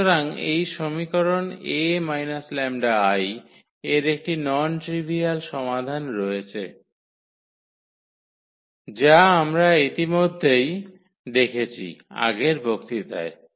সুতরাং এই সমীকরণ 𝐴 𝜆𝐼 এর একটি নন ট্রিভিয়াল সমাধান রয়েছে যা আমরা ইতিমধ্যেই দেখেছি আগের বক্তৃতায়